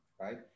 right